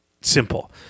simple